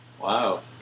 Wow